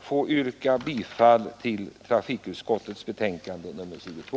att få yrka bifall till hemställan i trafikutskottets betänkande nr 22.